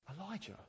Elijah